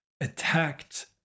attacked